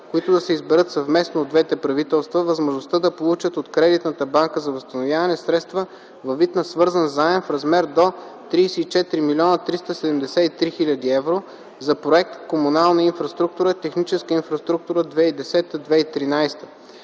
които да се изберат съвместно от двете правителства, възможността да получат от Кредитната банка за възстановяване средства във вид на свързан заем в размер до 34 млн. 373 хил. евро за Проект „Комунална инфраструктура – Техническа инфраструктура 2010-2013”.